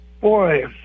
Boy